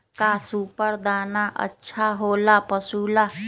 का सुपर दाना अच्छा हो ला पशु ला?